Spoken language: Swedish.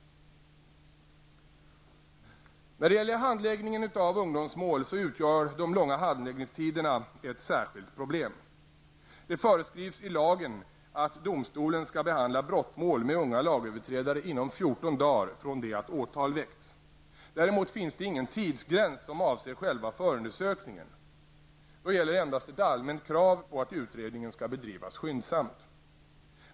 När det gäller handläggningen av ungdomsmål utgör de långa handläggningstiderna ett särskilt problem. Det föreskrivs i lagen att domstolen skall behandla brottmål med unga lagöverträdare inom 14 dagar från det att åtal väckts. Däremot finns det ingen tidsgräns som avser själva förundersökningen. Då gäller endast ett allmänt krav på att utredningen skall bedrivas skyndsamt.